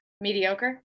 Mediocre